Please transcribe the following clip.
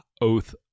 oath